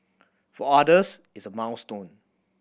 for others it's a milestone